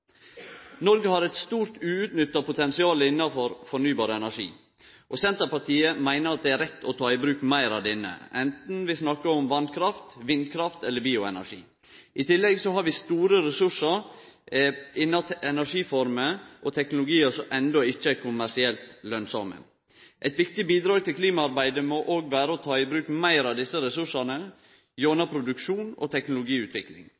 Noreg har eit stort uutnytta potensial innafor fornybar energi. Senterpartiet meiner det er rett å ta i bruk meir av denne, anten vi snakkar om vasskraft, vindkraft eller bioenergi. I tillegg har vi store ressursar innan energiformer og teknologiar som enno ikkje er kommersielt lønsame. Eit viktig bidrag til klimaarbeidet må òg vere å ta i bruk meir av desse ressursane gjennom produksjon og teknologiutvikling.